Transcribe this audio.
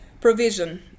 provision